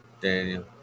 Daniel